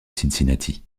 cincinnati